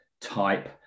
type